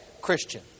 Christian